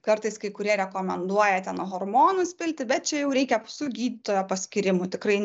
kartais kai kurie rekomenduoja ten hormonus pilti bet čia jau reikia su gydytojo paskyrimu tikrai